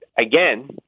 again